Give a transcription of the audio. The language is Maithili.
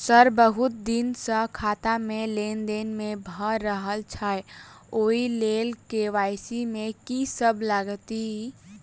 सर बहुत दिन सऽ खाता मे लेनदेन नै भऽ रहल छैय ओई लेल के.वाई.सी मे की सब लागति ई?